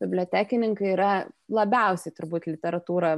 bibliotekininkai yra labiausiai turbūt literatūrą